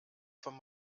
von